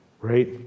Right